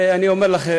ואני אומר לכם,